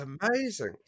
amazing